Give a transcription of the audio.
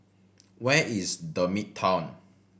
where is The Midtown